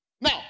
Now